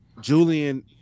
Julian